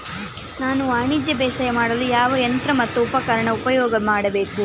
ನಾನು ವಾಣಿಜ್ಯ ಬೇಸಾಯ ಮಾಡಲು ಯಾವ ಯಂತ್ರ ಮತ್ತು ಉಪಕರಣ ಉಪಯೋಗ ಮಾಡಬೇಕು?